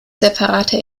separate